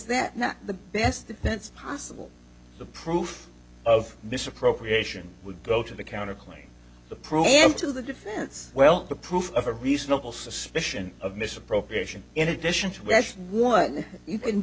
that not the best that that's possible the proof of misappropriation would go to the counter claim the program to the defense well the proof of a reasonable suspicion of misappropriation in addition to